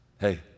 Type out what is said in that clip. hey